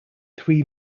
three